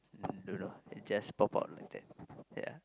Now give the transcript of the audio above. mm don't know it just pop out like that ya